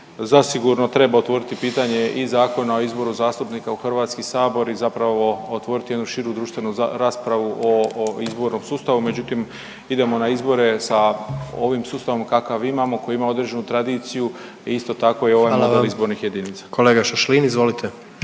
Zasigurno treba otvoriti pitanje i Zakona o izboru zastupnika u HS i zapravo otvoriti jednu širu društvenu raspravu o izbornom sustavu, međutim, idemo na izbore sa ovim sustavom kakav imamo, koji ima određenu tradiciju i isto tako i ovaj model izbornih jedinica. **Jandroković, Gordan